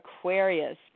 aquarius